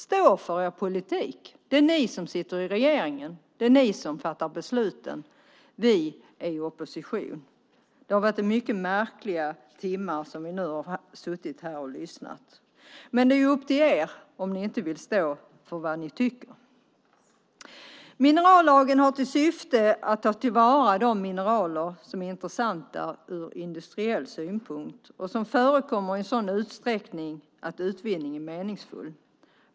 Stå för er politik, det är ni som är i majoritet och fattar besluten! Vi är i opposition. De timmar vi suttit här och lyssnat har varit mycket märkliga. Det är dock upp till allianspartierna om de inte vill stå för vad de tycker. Minerallagen har till syfte att ta till vara de mineraler som är intressanta från industriell synpunkt och som förekommer i en sådan utsträckning att utvinning är meningsfullt.